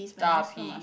R_P